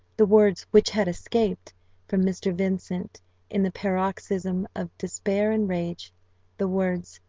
the words, which had escaped from mr. vincent in the paroxysm of despair and rage the words,